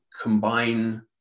combine